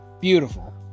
Beautiful